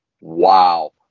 Wow